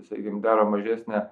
sakykim daro mažesnę